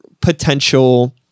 potential